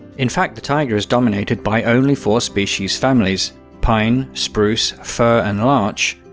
in fact the taiga is dominated by only four species families pine, spruce, fir and larch,